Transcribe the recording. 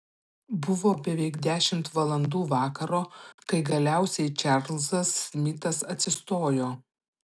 buvo beveik dešimt valandų vakaro kai galiausiai čarlzas smitas atsistojo